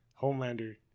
Homelander